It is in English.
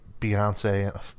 Beyonce